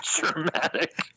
Dramatic